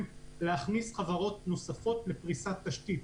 כדי להכניס חברות נוספות לפריסת תשתית.